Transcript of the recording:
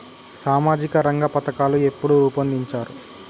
సామాజిక రంగ పథకాలు ఎప్పుడు రూపొందించారు?